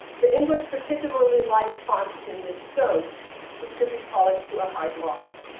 the english particularly liked founts in this stone which could be polished to a high gloss.